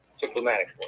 diplomatic